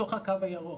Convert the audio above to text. בתוך הקו הירוק,